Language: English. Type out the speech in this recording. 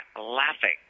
laughing